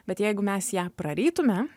bet jeigu mes ją prarytume